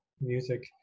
music